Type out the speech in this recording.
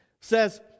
says